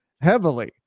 heavily